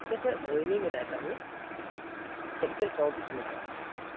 میں سر روہنی میں رہتا ہوں سیکٹر چوبیس میں سر